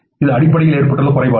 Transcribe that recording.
இது அடிப்படையில் குறைபாடு